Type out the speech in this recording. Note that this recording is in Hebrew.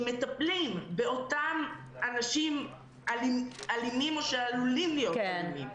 שמטפלים באותם אנשים אלימים או שעלולים להיות אלימים,